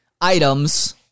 items